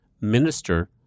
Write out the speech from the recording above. minister